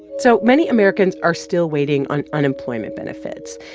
so, many americans are still waiting on unemployment benefits,